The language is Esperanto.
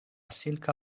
silka